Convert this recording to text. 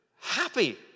happy